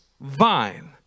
vine